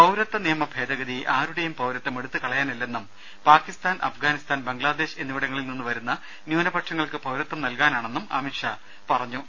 പൌരത്വ നിയമ ഭേദഗതി ആരുടെയും പൌരത്വം എടുത്തുകളയാനല്ലെന്നും പാകിസ്ഥാൻ അഫ്ഗാനിസ്ഥാൻ ബംഗ്ലാദേശ് എന്നിവിടങ്ങളിൽ നിന്നു വരുന്ന ന്യൂനപക്ഷങ്ങൾക്ക് പൌരത്വം നൽകാനാണെന്നും അമിത്ഷാ ആവർത്തിച്ചു